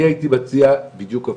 אני הייתי מציע בדיוק הפוך,